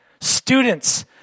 Students